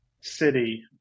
city